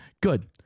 Good